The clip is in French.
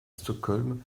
stockholm